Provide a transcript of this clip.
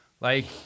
Like-